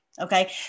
okay